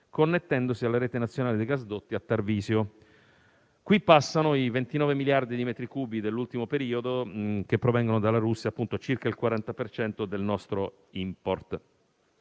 connettendosi alla rete nazionale dei gasdotti a Tarvisio. Qui passano i 29 miliardi di metri cubi dell'ultimo periodo che provengono dalla Russia, circa il 40 per cento del nostro *import.*